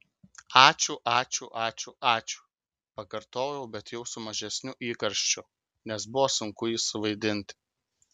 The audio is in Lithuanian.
ačiū ačiū ačiū ačiū pakartojau bet jau su mažesniu įkarščiu nes buvo sunku jį suvaidinti